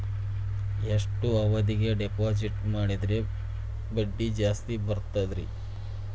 ಎಷ್ಟು ಅವಧಿಗೆ ಡಿಪಾಜಿಟ್ ಮಾಡಿದ್ರ ಬಡ್ಡಿ ಜಾಸ್ತಿ ಬರ್ತದ್ರಿ?